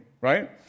right